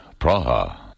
Praha